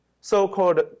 so-called